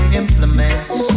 implements